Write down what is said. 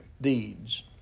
deeds